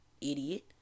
Idiot